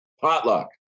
Potluck